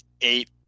eight